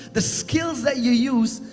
the skills that you use,